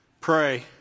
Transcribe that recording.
pray